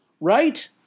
Right